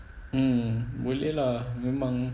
mm boleh lah memang